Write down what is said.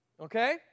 okay